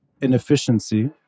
inefficiency